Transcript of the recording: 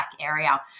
area